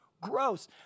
Gross